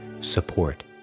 support